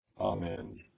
Amen